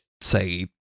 say